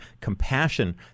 compassion